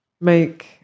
make